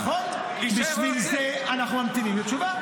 נכון, בשביל זה אנחנו ממתינים לתשובה.